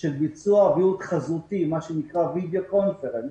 של ביצוע ויעוד חזותי, מה שנקרא וידיאו קונפרנס,